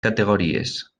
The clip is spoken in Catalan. categories